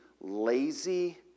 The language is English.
lazy